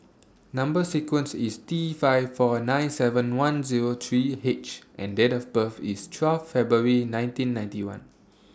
Number sequence IS T five four nine seven one Zero three H and Date of birth IS twelve February nineteen ninety one